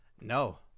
No